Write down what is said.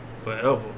forever